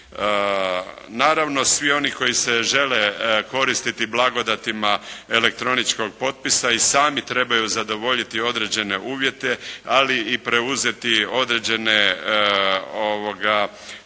Naravno, svi oni koje se žele koristiti blagodatima elektroničkog potpisa i sami trebaju zadovoljiti određene uvjete, ali i preuzeti određene obveze